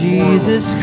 Jesus